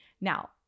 Now